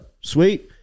Sweet